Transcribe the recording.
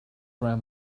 round